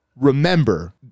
remember